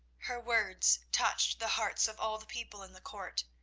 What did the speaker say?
her words touched the hearts of all the people in the court.